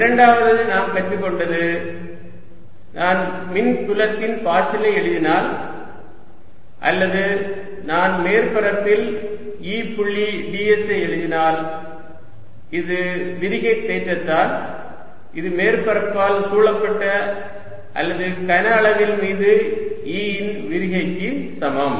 இரண்டாவது நாம் கற்றுக்கொண்டது நான் மின் புலத்தின் பாய்ச்சலை எழுதினால் அல்லது நான் மேற்பரப்பில் E புள்ளி ds ஐ எழுதினால் அது விரிகை தேற்றத்தால் இது மேற்பரப்பால் சூழப்பட்ட அல்லது கனஅளவின் மீது E இன் விரிகைக்கு சமம்